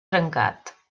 trencat